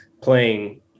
playing